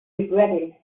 regretting